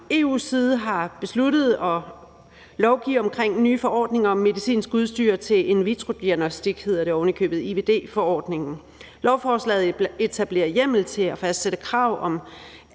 EU's side har besluttet at lovgive om nye forordninger om medicinsk udstyr til en vitro-diagnostik, hedder det ovenikøbet, IVD-forordningen. Lovforslaget etablerer hjemmel til at fastsætte krav om